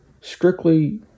strictly